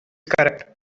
correct